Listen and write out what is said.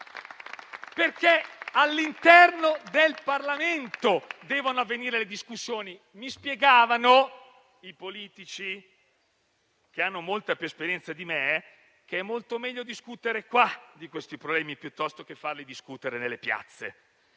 È all'interno del Parlamento che devono avvenire le discussioni. Mi spiegavano politici con molta più esperienza di me che è molto meglio discutere in questa sede di siffatti problemi, piuttosto che farli discutere nelle piazze: